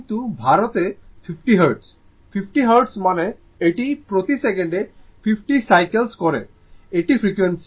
কিন্তু Bharat 50 hertz 50 hertz মানে এটি প্রতি সেকেন্ডে 50 সাইক্লেস করে এটি ফ্রিকোয়েন্সি